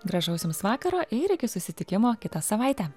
gražaus jums vakaro ir iki susitikimo kitą savaitę